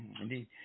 indeed